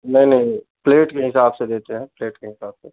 नहीं नहीं प्लेट के हिसाब से देते हैं प्लेट के हिसाब से